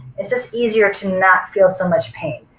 it's just easier to not feel so much pain.